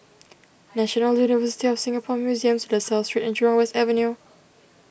National University of Singapore Museums La Salle Street and Jurong West Avenue